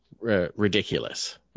ridiculous